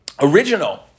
original